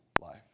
life